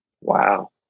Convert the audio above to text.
Wow